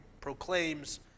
proclaims